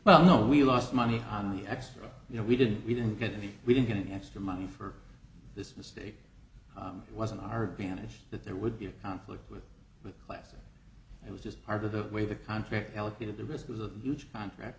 well no we lost money on the extra you know we didn't we didn't get any we didn't get any extra money for this mistake it wasn't our banished that there would be a conflict with the class and it was just part of the way the contract allocated the rest was a huge contract